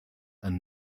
and